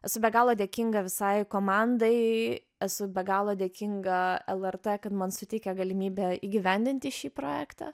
esu be galo dėkinga visai komandai esu be galo dėkinga lrt kad man suteikė galimybę įgyvendinti šį projektą